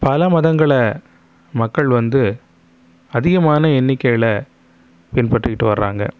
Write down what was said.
பல மதங்களை மக்கள் வந்து அதிகமான எண்ணிக்கையில் பின்பற்றிக்கிட்டு வராங்க